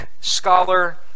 scholar